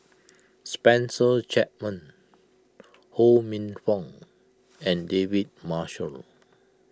Spencer Chapman Ho Minfong and David Marshall